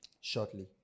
shortly